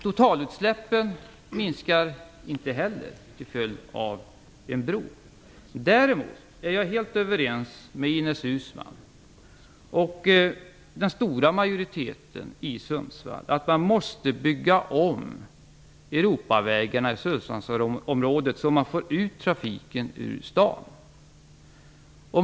Totalutsläppen minskar inte heller till följd av att en bro byggs. Däremot är jag helt överens med Ines Uusmann och den stora majoriteten i Sundsvall om att man måste bygga om Europavägarna i Sundsvallsområdet så att man får ut trafiken ur staden.